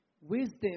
Wisdom